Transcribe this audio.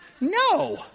no